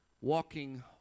walking